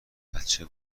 بچه